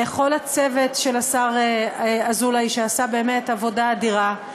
לכל הצוות של השר אזולאי שעשה באמת עבודה אדירה,